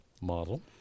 model